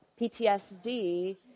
PTSD